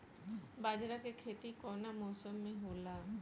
बाजरा के खेती कवना मौसम मे होला?